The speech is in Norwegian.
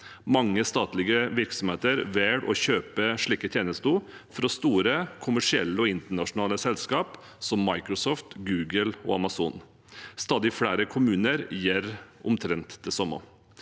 sektor virksomheter velger å kjøpe slike tjenester fra store, kommersielle, internasjonale selskaper, som Microsoft, Google og Amazon. Stadig flere kommuner gjør omtrent det samme.